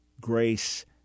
grace